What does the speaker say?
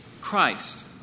Christ